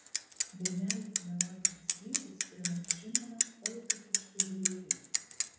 dainelės melodinis vingis primena žinomą oi tu kiški žvairy